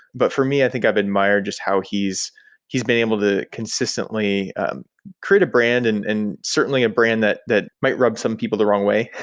but for me, i think i admire just how he's he's been able to consistently create a brand and and certainly a brand that that might rub some people the wrong way.